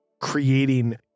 creating